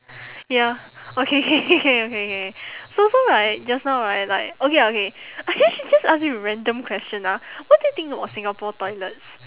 ya okay K K K okay okay okay so so right just now right like okay okay I should just ask you random question ah what do you think about singapore toilets